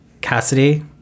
Cassidy